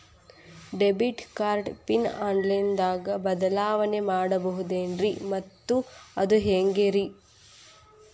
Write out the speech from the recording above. Debit card PIN online ದಾಗ ಬದಲಾವಣೆ ಮಾಡಬಹುದೇನ್ರಿ ಮತ್ತು ಅದು ಹೆಂಗ್ರಿ?